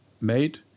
made